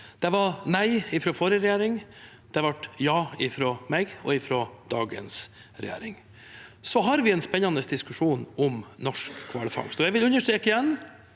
Det var nei fra forrige regjering, det ble ja fra meg og dagens regjering. Vi har en spennende diskusjon om norsk hvalfangst,